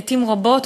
לעתים קרובות,